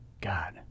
God